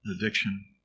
addiction